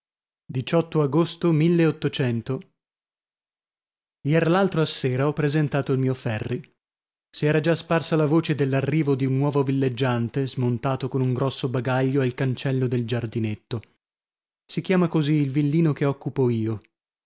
d agosto ier l'altro a sera ho presentato il mio ferri si era già sparsa la voce dell'arrivo di un nuovo villeggiante smontato con un grosso bagaglio al cancello del giardinetto si chiama così il villino che occupo io